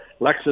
Lexus